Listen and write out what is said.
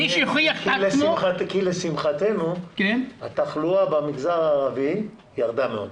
מי שהוכיח את עצמו --- כי לשמחתנו התחלואה במגזר הערבי ירדה מאוד.